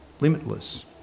Limitless